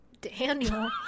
Daniel